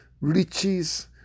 riches